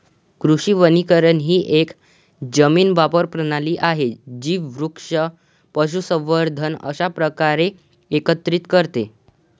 कृषी वनीकरण ही एक जमीन वापर प्रणाली आहे जी वृक्ष, पशुसंवर्धन अशा प्रकारे एकत्रित करते